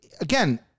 Again